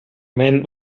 men